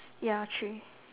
ya three